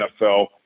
NFL